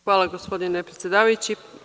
Hvala gospodine predsedavajući.